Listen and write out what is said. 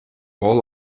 all